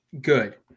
Good